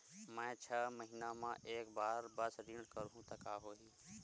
मैं छै महीना म एक बार बस ऋण करहु त का होही?